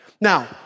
Now